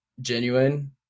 genuine